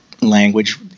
language